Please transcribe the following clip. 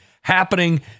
happening